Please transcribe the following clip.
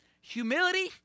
Humility